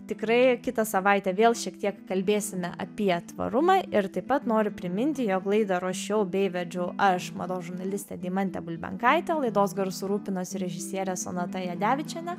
tikrai kitą savaitę vėl šiek tiek kalbėsime apie tvarumą ir taip pat noriu priminti jog laidą ruošiau bei vedžiau aš mados žurnalistė deimantė bulbenkaitė laidos garsu rūpinosi režisierė sonata jadevičienė